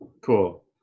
Cool